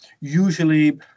usually